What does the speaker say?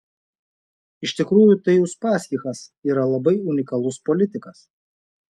iš tikrųjų tai uspaskichas yra labai unikalus politikas